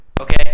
Okay